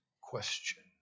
question